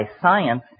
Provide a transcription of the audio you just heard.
science